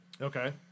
Okay